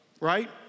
right